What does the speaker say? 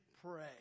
pray